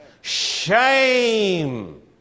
Shame